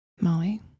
Molly